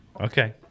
okay